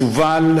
שובל,